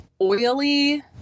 oily